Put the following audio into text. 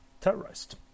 terrorized